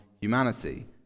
humanity